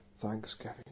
thanksgiving